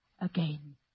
again